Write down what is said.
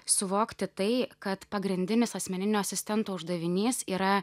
suvokti tai kad pagrindinis asmeninio asistento uždavinys yra